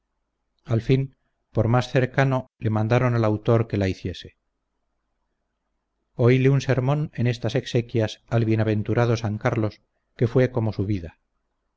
al fin por más cercano le mandaron al autor que la hiciese oíle un sermón en estas exequias al bienaventurado san carlos que fue como su vida